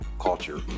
culture